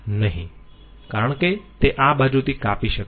નહીં કારણ કે તે આ બાજુથી કાપી શકે છે